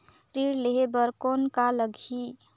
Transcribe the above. ऋण लेहे बर कौन का लगही?